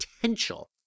potential